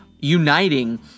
uniting